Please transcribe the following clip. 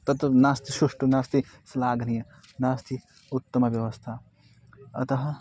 तत् नास्ति सुष्ठु नास्ति श्लाघनीया नास्ति उत्तमव्यवस्था अतः